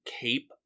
cape